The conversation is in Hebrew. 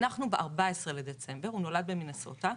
אנחנו ב-14 בדצמבר, הוא נולד במינסוטה.